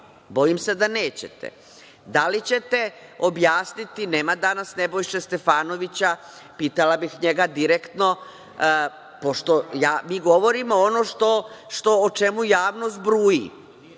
Bojim se da nećete. Da li ćete objasniti, nema danas Nebojše Stefanovića, pitala bih njega direktno, pošto mi govorimo ono o čemu javnost bruji.